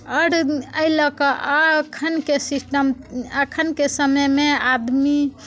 आओर एहि लऽ कऽ एखनके सिस्टम एखनके समयमे आदमी